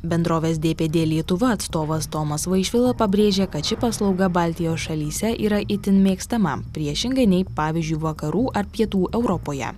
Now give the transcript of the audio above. bendrovės dpd lietuva atstovas tomas vaišvila pabrėžė kad ši paslauga baltijos šalyse yra itin mėgstama priešingai nei pavyzdžiui vakarų ar pietų europoje